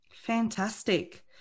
Fantastic